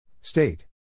State